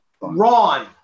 Ron